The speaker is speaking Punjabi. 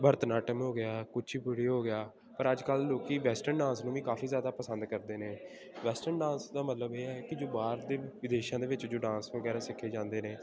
ਭਰਤਨਾਟਿਅਮ ਹੋ ਗਿਆ ਕੁਚੀਪੁੜੀ ਹੋ ਗਿਆ ਪਰ ਅੱਜ ਕੱਲ੍ਹ ਲੋਕ ਵੈਸਟਰਨ ਡਾਂਸ ਨੂੰ ਵੀ ਕਾਫੀ ਜ਼ਿਆਦਾ ਪਸੰਦ ਕਰਦੇ ਨੇ ਵੈਸਟਰਨ ਡਾਂਸ ਦਾ ਮਤਲਬ ਇਹ ਹੈ ਕਿ ਜੋ ਬਾਹਰ ਦੇ ਵਿਦੇਸ਼ਾਂ ਦੇ ਵਿੱਚ ਜੋ ਡਾਂਸ ਵਗੈਰਾ ਸਿੱਖੇ ਜਾਂਦੇ ਨੇ